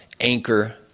anchor